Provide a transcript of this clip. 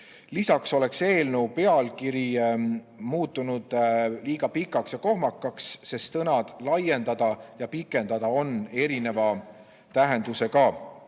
Lisaks oleks eelnõu pealkiri muutunud liiga pikaks ja kohmakaks, sest sõnad "laiendada" ja "pikendada" on erineva tähendusega.